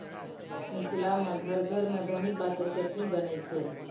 मिथिला मे घर घर मे धनी पातक चटनी बनै छै